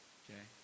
okay